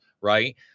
right